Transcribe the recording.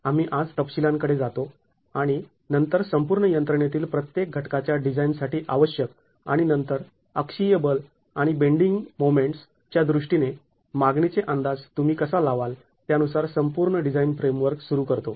आम्ही आज तपशिलांकडे जातो आणि नंतर संपूर्ण यंत्रणेतील प्रत्येक घटकाच्या डिझाईन साठी आवश्यक आणि नंतर अक्षीय बल आणि बेंडींंग मोमेंट्स च्या दृष्टीने मागणीचे अंदाज तुम्ही कसा लावाल त्यानुसार संपूर्ण डिझाईन फ्रेमवर्क सुरू करतो